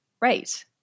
Right